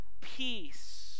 peace